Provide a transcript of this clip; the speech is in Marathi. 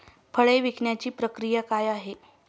फळे पिकण्याची प्रक्रिया काय आहे?